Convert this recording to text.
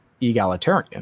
egalitarian